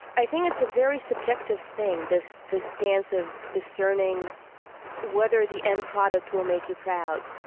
i think it's a very subjective thing this this dance of discerning whether the end product will make you proud,